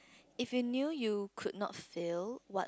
if you new you could not feel what